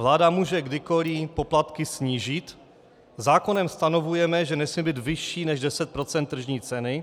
Vláda může kdykoliv poplatky snížit, zákonem stanovujeme, že nesmí být vyšší než 10 % tržní ceny.